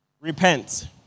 Repent